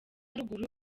ruguru